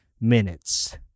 minutes